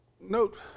Note